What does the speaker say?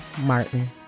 Martin